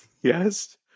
yes